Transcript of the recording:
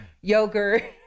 yogurt